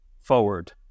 forward